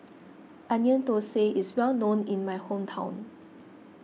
Onion Thosai is well known in my hometown